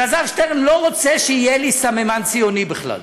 אלעזר שטרן לא רוצה שיהיה לי סממן ציוני בכלל.